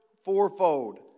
fourfold